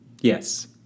yes